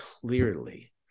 clearly